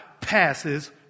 passes